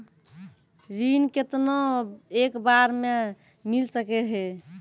ऋण केतना एक बार मैं मिल सके हेय?